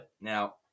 Now